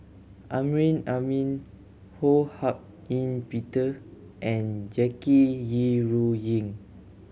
Amrin Amin Ho Hak Ean Peter and Jackie Yi Ru Ying